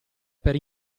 per